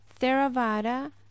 theravada